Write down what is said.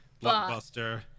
Blockbuster